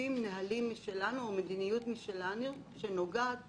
מוסיפים נהלים משלנו, מדיניות משלנו, שנוגעת